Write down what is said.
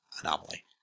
Anomaly